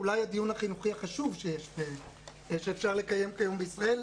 הוא אולי הדיון החינוכי החשוב שאפשר לקיים כיום בישראל,